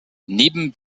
neben